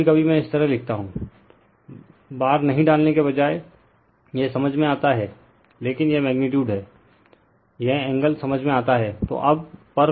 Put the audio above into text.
कभी कभी मैं इस तरह लिखता हूं रिफर टाइम 1750 बार नहीं डालने के बजाय यह समझ में आता है रिफर टाइम 1754 लेकिन यह मैग्नीटयूड है यह एंगल समझ में आता है